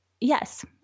yes